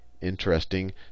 interesting